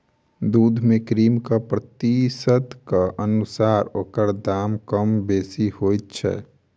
दूध मे क्रीमक प्रतिशतक अनुसार ओकर दाम कम बेसी होइत छै